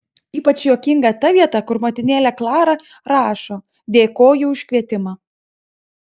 ypač juokinga ta vieta kur motinėlė klara rašo dėkoju už kvietimą